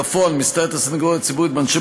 בפועל הסנגוריה הציבורית מסתייעת באנשי